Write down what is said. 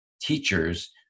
teachers